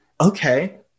Okay